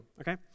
okay